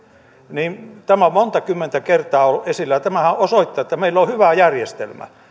tämä on monta kymmentä kertaa ollut esillä tämähän osoittaa että meillä on hyvä järjestelmä